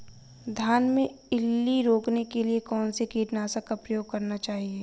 धान में इल्ली रोकने के लिए कौनसे कीटनाशक का प्रयोग करना चाहिए?